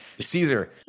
Caesar